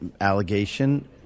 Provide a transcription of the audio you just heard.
allegation